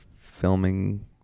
filming